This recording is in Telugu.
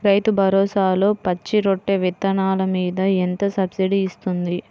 రైతు భరోసాలో పచ్చి రొట్టె విత్తనాలు మీద ఎంత సబ్సిడీ ఇస్తుంది?